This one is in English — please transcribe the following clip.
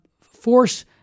force